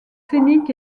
scéniques